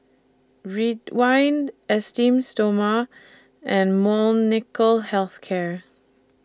Ridwind Esteem Stoma and Molnylcke Health Care